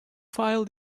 file